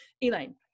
Elaine